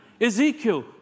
Ezekiel